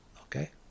okay